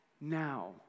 now